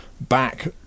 back